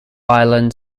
ireland